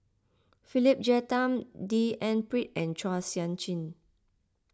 Philip Jeyaretnam D N Pritt and Chua Sian Chin